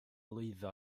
lwyddo